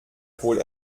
wohl